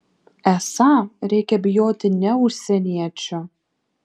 esą reikia bijoti ne užsieniečių